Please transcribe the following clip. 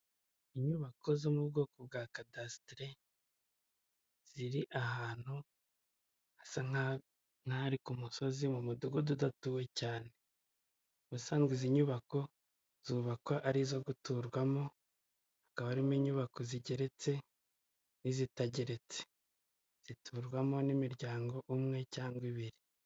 Inyubako y'itaje igeretse hejuru, irimo ibirahure by'ubururu, hasi harimo imodoka irimo mu hantu hubakiye harimo ibyuma, isakariye wagira ngo ni amabati, hasi hariho n'ibyatsi n'amaraba.